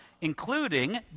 including